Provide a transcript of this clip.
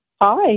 Hi